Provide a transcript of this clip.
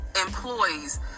employees